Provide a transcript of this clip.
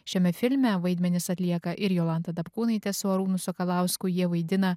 šiame filme vaidmenis atlieka ir jolanta dapkūnaitė su arūnu sakalausku jie vaidina